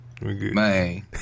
Man